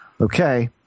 okay